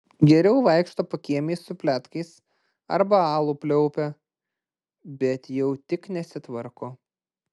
geriau vaikšto pakiemiais su pletkais arba alų pliaupia bet jau tik nesitvarko